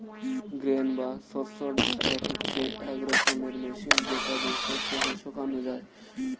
grain বা শস্য dryer হচ্ছে এক রকমের মেশিন যেটা দিয়ে শস্য কে শোকানো যায়